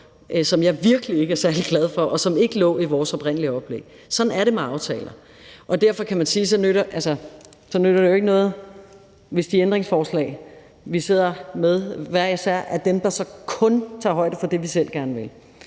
som jeg virkelig ikke er særlig glad for, og som ikke lå i vores oprindelige oplæg. Sådan er det med aftaler. Derfor kan man sige, at det jo ikke nytter noget, hvis de ændringsforslag, vi sidder med hver især, er dem, der så kun tager højde for det, vi selv gerne vil.